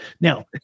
Now